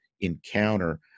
encounter